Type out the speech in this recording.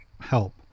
help